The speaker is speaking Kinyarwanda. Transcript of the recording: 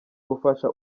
gufasha